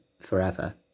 forever